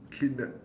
kidnap